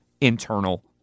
internal